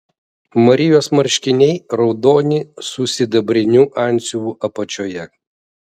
marijos marškiniai raudoni su sidabriniu antsiuvu apačioje